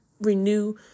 renew